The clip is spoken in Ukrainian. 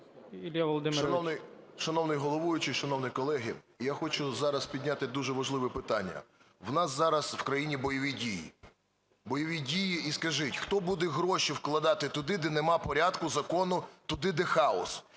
Шановний головуючий, шановні колеги! Я хочу зараз підняти дуже важливе питання. У нас зараз в країні бойові дії. Бойові дії… І скажіть, хто буде гроші вкладати туди, де нема порядку, закону, туди, де хаос?